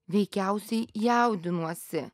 veikiausiai jaudinuosi